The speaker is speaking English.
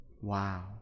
Wow